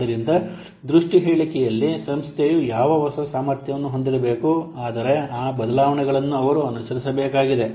ಆದ್ದರಿಂದ ದೃಷ್ಟಿ ಹೇಳಿಕೆಯಲ್ಲಿ ಸಂಸ್ಥೆಯು ಯಾವ ಹೊಸ ಸಾಮರ್ಥ್ಯವನ್ನು ಹೊಂದಿರಬೇಕು ಆದರೆ ಆ ಬದಲಾವಣೆಗಳನ್ನು ಅವರು ಅನುಸರಿಸಬೇಕಾಗಿದೆ